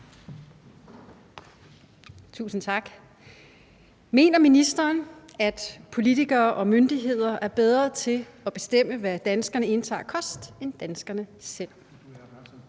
Tusind tak. Mener ministeren, at politikere og myndigheder er bedre til at bestemme, hvad danskerne indtager af kost, end danskerne selv?